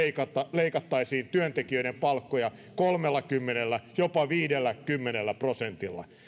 leikattaisiin työntekijöiden palkkoja kolmellakymmenellä jopa viidelläkymmenellä prosentilla